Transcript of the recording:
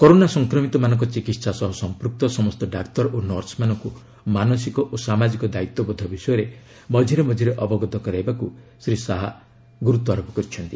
corona ସଫକ୍ମିତମାନଙ୍କ ଚିକିହା ସହ ସଂପୃକ୍ତ ସମସ୍ତ ଡାକ୍ତର ଓ ନର୍ସମାନଙ୍କୁ ମାନସିକ ଓ ସାମାଜିକ ଦାୟିତ୍ୱବୋଧ ବିଷୟରେ ମଝିରେ ମଝିରେ ଅବଗତ କରାଇବାକୁ ଶ୍ରୀ ଶାହା ନିର୍ଦ୍ଦେଶ ଦେଇଛନ୍ତି